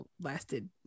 lasted